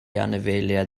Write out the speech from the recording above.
anifeiliaid